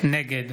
נגד